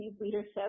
leadership